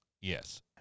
Yes